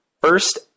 first